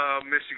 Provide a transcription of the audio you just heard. Michigan